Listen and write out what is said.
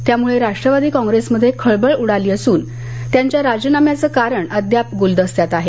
त्यामुळं राष्ट्रवादी कॉप्रेसमध्ये खळबळ उडाली असून त्यांच्या राजीनाम्याचं कारण अद्याप गुलदस्त्यात आहे